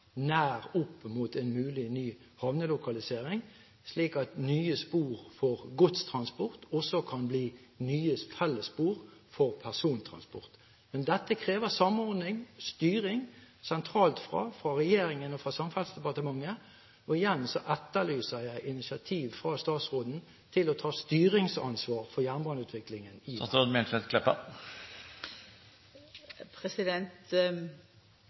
nær opp mot en mulig ny havnelokalisering, slik at nye spor for godstransport også kan bli nye fellesspor for persontransport. Men dette krever samordning, styring, sentralt fra regjeringen og fra Samferdselsdepartementet. Og igjen etterlyser jeg initiativ fra statsråden til å ta styringsansvar for jernbaneutviklingen